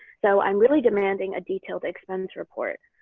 so i'm really demanding a detailed expense report.